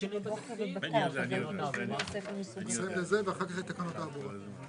אם נספיק בשלוש דקות להצביע עליה, אחלה.